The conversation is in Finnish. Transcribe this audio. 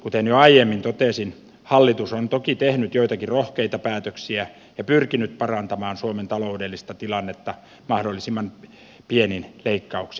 kuten jo aiemmin totesin hallitus on toki tehnyt joitakin rohkeita päätöksiä ja pyrkinyt parantamaan suomen taloudellista tilannetta mahdollisimman pienin leikkauksin